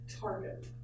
target